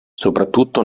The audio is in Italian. soprattutto